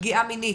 פגיעה מינית,